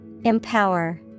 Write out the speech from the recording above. Empower